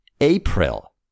April